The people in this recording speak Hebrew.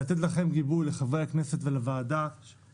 ולתת לכם, לחברי הכנסת ולוועדה, גיבוי.